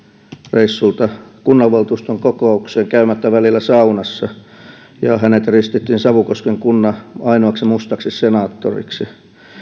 kunnanvaltuuston kokoukseen käymättä välillä saunassa ja hänet ristittiin savukosken kunnan ainoaksi mustaksi senaattoriksi